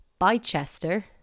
bychester